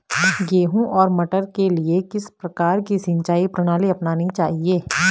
गेहूँ और मटर के लिए किस प्रकार की सिंचाई प्रणाली अपनानी चाहिये?